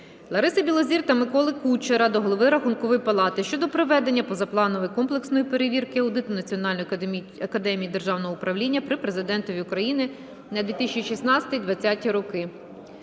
Лариси Білозір та Миколи Кучера до голови Рахункової палати щодо проведення позапланової комплексної перевірки (аудиту) Національної академії державного управління при Президентові України за 2016-2020 роки.